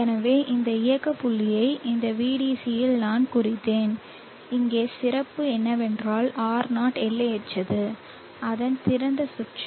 எனவே இந்த இயக்க புள்ளியை இந்த Vdc யில் நான் குறித்தேன் இங்கே சிறப்பு என்னவென்றால் R0 எல்லையற்றது அதன் திறந்த சுற்று